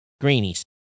greenies